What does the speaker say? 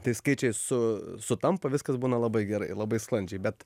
tai skaičiai su sutampa viskas būna labai gerai labai sklandžiai bet